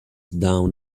down